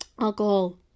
alcohol